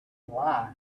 lie